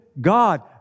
God